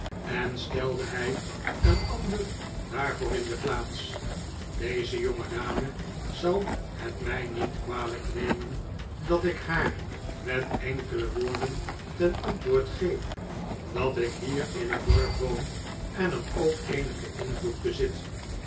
en stelde hij een ander daarvoor in de plaats deze jongedame zal het mij niet kwalijk nemen dat ik haar met enkele woorden ten antwoord geef dat ik hier in het dorp woon en er ook eenigen invloed bezit